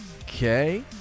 Okay